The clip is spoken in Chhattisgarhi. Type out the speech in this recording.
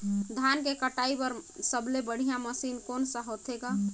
धान के कटाई बर सबले बढ़िया मशीन कोन सा होथे ग?